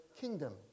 kingdom